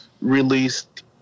released